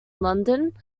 london